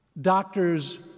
doctors